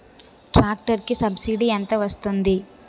Tractor కి subsidy ఎంత వస్తుంది?